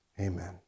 Amen